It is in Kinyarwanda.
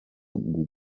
kuguma